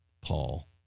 Paul